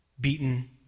beaten